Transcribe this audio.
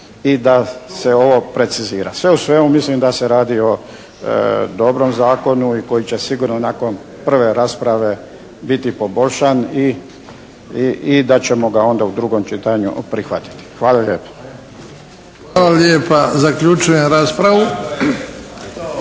i da se ovo precizira. Sve u svemu mislim da se radi o dobrom zakonu i koji će sigurno nakon prve rasprave biti poboljšan i da ćemo ga onda u drugom čitanju prihvatiti. Hvala lijepo. **Bebić, Luka (HDZ)** Hvala